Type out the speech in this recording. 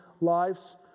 lives